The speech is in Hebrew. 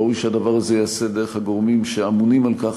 ראוי שהדבר הזה ייעשה דרך הגורמים שאמונים על כך